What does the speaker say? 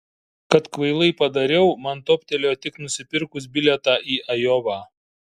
kad kvailai padariau man toptelėjo tik nusipirkus bilietą į ajovą